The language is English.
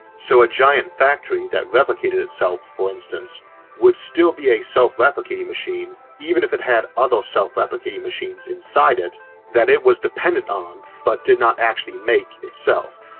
so a giant factory that replicated itself for instance would still be a self-replicating machine even if it had other self-replicating machines inside it that it was dependent on but did not actually make itself.